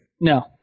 No